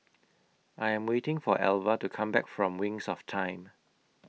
I Am waiting For Elva to Come Back from Wings of Time